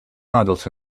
models